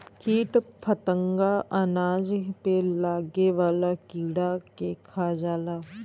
कीट फतंगा अनाज पे लागे वाला कीड़ा के खा जाला